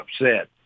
upset